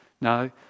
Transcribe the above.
No